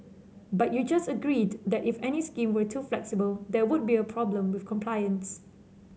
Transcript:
but you just agreed that if any scheme were too flexible there would be a problem with compliance